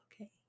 Okay